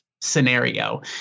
scenario